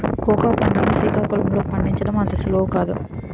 cocoa పంట సికాకుళం లో పండించడం అంత సులువు కాదు